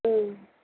ம்